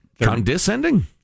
Condescending